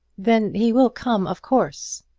then he will come, of course.